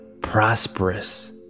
prosperous